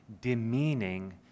demeaning